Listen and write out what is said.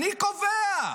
אני קובע.